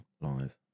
live